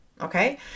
okay